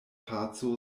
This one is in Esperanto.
paco